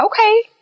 okay